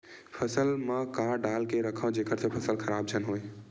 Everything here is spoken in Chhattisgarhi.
फसल म का डाल के रखव जेखर से फसल खराब झन हो?